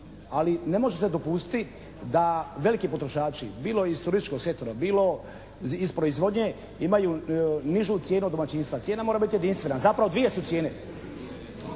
Ali ne može se dopustiti da veliki potrošači bilo iz turističkog sektora, bilo iz proizvodnje imaju nižu cijenu domaćinstva. Cijena mora biti jedinstvena. Zapravo dvije su cijene.